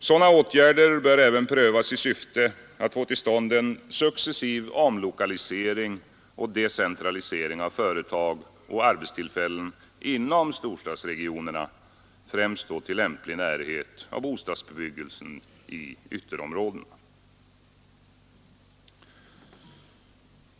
Sådana åtgärder bör även prövas i syfte att få till stånd en successiv omlokalisering och decentralisering av företag och arbetsställen inom storstadsregionerna, främst då till lämplig närhet av bostadsbebyggelsen i ytterområdena.